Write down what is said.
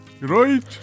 Right